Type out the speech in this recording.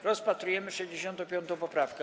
Rozpatrujemy 65. poprawkę.